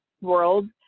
world